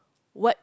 what